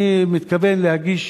אני מתכוון להגיש,